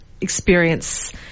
experience